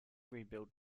rebuilt